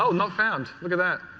so not found. look at that.